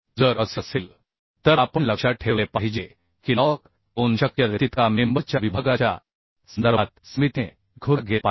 जर असे असेल तर आपण लक्षात ठेवले पाहिजे की लजकोन शक्य तितका मेंबर च्या विभागाच्या संदर्भात सममितीने विखुरला गेला पाहिजे